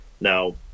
Now